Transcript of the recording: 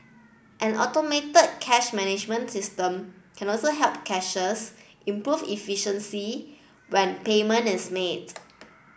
an automated cash management system can also help cashiers improve efficiency when payment is made